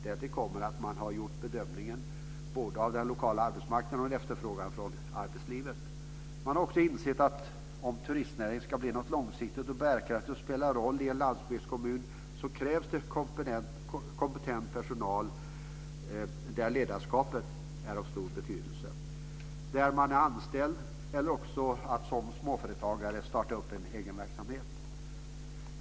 Därtill kommer att man har gjort en bedömning både av den lokala arbetsmarknaden och av en efterfrågan från arbetslivet. Man har också insett att om turistnäringen ska bli något långsiktigt och bärkraftigt som ska spela en roll i en landsbygdskommun krävs det kompetent personal där ledarskapet är av stor betydelse. Som anställd eller som småföretagare kan man starta upp en egen verksamhet.